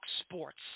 Sports